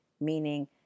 meaning